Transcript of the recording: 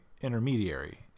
intermediary